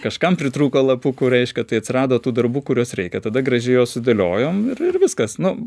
kažkam pritrūko lapukų reiškia tai atsirado tų darbų kuriuos reikia tada gražiai juos sudėliojom ir ir viskas nu